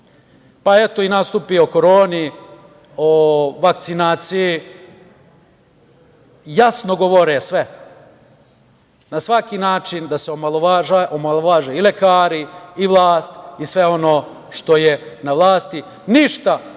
prihvatiti. Nastupi o koroni, vakcinaciji, jasno govore sve – na svaki način da se omalovaže i lekari i vlast i sve ono što je na vlasti. Ništa